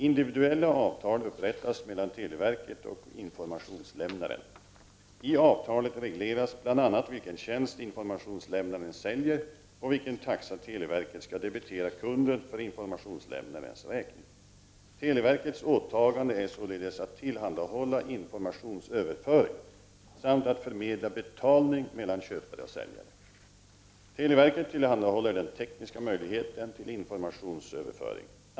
Individuella avtal upprättas mellan televerket och informationslämnaren. I avtalet regleras bl.a. vilken tjänst informationslämnaren säljer och vilken taxa televerket skall debitera kunden för informationslämnarens räkning. Televerkets åtaganden är således att tillhandahålla informationsöverföring samt att förmedla betalningen mellan köpare och säljare. Televerket tillhandahåller den tekniska möjligheten till informationsöverföring.